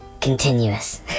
Continuous